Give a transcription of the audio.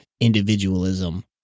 individualism